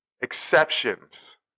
exceptions